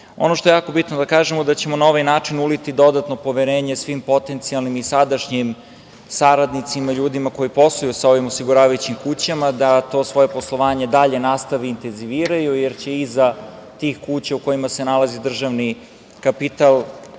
što je jako bitno da kažemo je da ćemo na ovaj način uliti dodatno poverenje svim potencijalnim i sadašnjim saradnicima i ljudima koji posluju sa ovim osiguravajućim kućama da to svoje poslovanje dalje nastave i intenziviraju, jer će iza tih kuća u kojima se nalazi državni kapital